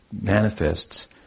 manifests